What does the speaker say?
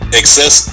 excess